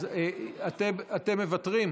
אז אתם מוותרים?